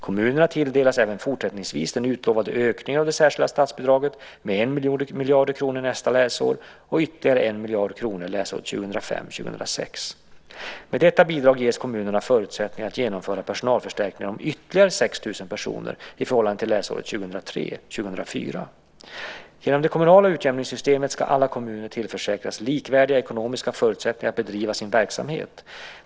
Kommunerna tilldelas även fortsättningsvis den utlovade ökningen av det särskilda statsbidraget med 1 miljard kronor nästa läsår och ytterligare 1 miljard kronor läsåret 2005 04. Genom det kommunala utjämningssystemet ska alla kommuner tillförsäkras likvärdiga ekonomiska förutsättningar att bedriva sin verksamhet.